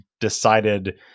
decided